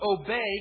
obey